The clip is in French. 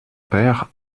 père